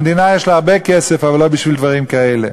המדינה יש לה הרבה כסף, אבל לא בשביל דברים כאלה.